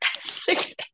six